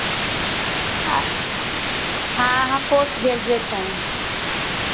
आ हाँ हम post graduate हैं